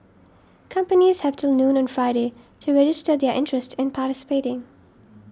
companies have till noon on Friday to register their interest in participating